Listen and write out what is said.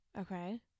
Okay